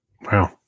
Wow